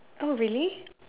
oh really